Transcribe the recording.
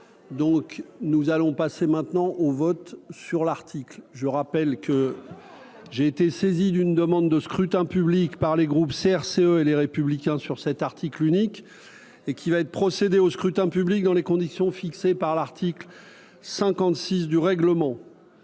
donc nous allons passer maintenant au vote sur l'article, je rappelle que j'ai été saisi d'une demande de scrutin public par les groupes CRCE et les républicains sur cet article unique et qu'il va être procédé au scrutin public dans les conditions fixées par l'article 56 du règlement,